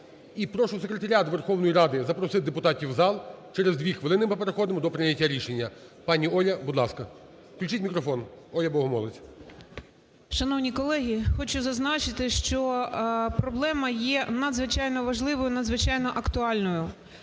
і прошу секретаріат Верховної Ради запросити депутатів в зал, через 2 хвилини ми переходимо до прийняття рішення. Пані Оля, будь ласка. Включіть мікрофон Олі Богомолець. 17:13:14 БОГОМОЛЕЦЬ О.В. Шановні колеги, хочу зазначити, що проблема є надзвичайно важливою, надзвичайно актуальною.